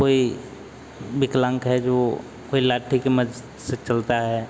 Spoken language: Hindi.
कोई विकलांग है जो कोई लाठी की मदद से चलता है